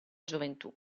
gioventù